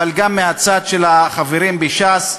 אבל גם מהצד של החברים בש"ס,